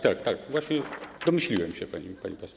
Tak, tak, właśnie domyśliłem się, pani poseł.